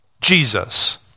Jesus